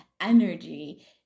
energy